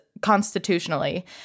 constitutionally